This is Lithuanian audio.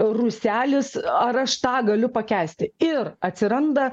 ruselis ar aš tą galiu pakęsti ir atsiranda